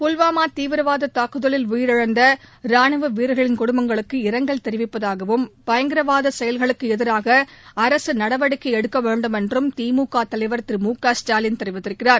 புல்வாமா தீவிரவாத தாக்குதலில் உயிரிழந்த ரானுவ வீரர்களின் குடும்பங்களுக்கு இரங்கல் தெரிவிப்பதாகவும் பயங்கரவாத செயல்களுக்கு எதிராக அரசு நடவடிக்கை எடுக்க வேண்டும் என்றும் திமுக தலைவர் திரு மு க ஸ்டாலின் கூறியிருக்கிறார்